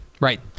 Right